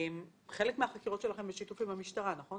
חלק מהחקירות שלכם הן בשיתוף עם המשטרה, נכון?